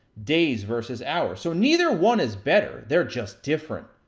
days versus hours. so neither one is better, they're just different.